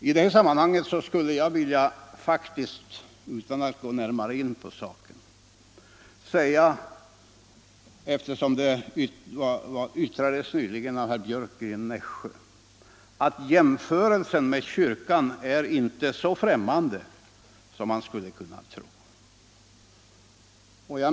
I det här sammanhanget skulle jag, eftersom herr Björck i Nässjö berörde det, faktiskt vilja säga — utan att gå närmare in på saken — att jämförelsen med kyrkan inte är så främmande som man skulle kunna tro.